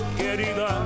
querida